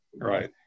Right